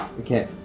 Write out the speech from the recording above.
Okay